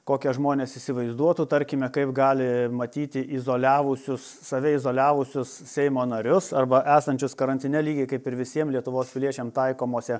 kokią žmonės įsivaizduotų tarkime kaip gali matyti izoliavusius save izoliavusios seimo narius arba esančius karantine lygiai kaip ir visiem lietuvos piliečiam taikomose